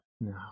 No